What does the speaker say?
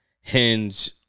Hinge